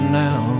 now